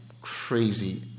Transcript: crazy